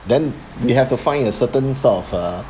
then we have to find a certain sort of uh